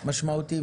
משמעותיים.